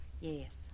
Yes